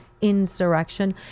insurrection